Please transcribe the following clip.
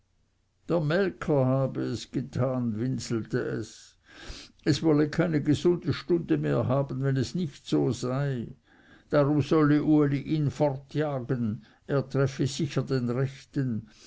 habe es getan winselte es es wolle keine gesunde stunde mehr haben wenn es nicht so sei darum solle uli ihn fortjagen er treffe sicher den rechten